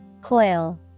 Coil